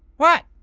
what?